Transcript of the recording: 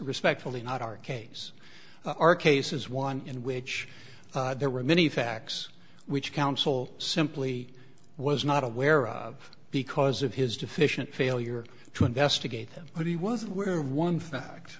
respectfully not our case our case is one in which there were many facts which council simply was not aware of because of his deficient failure to investigate him but he was aware of one fact